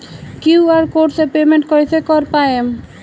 QR code से payment कईसे कर पाएम?